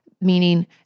meaning